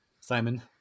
Simon